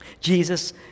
Jesus